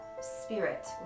spirit